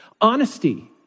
Honesty